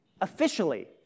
officially